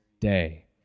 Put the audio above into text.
day